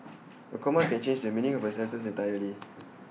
A comma can change the meaning of A sentence entirely